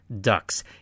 Ducks